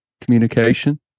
communication